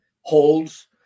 holds